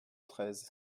treize